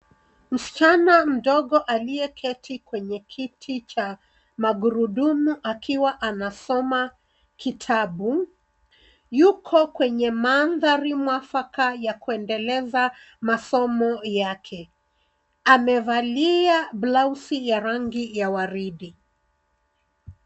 Msichana mdogo aliyeketi kwenye kiti cha magurudumu akiwa anasoma kitabu, yuko kwenye mandhari mwafaka ya kuendeleza masomo yake. Amevalia blausi ya rangi ya waridi.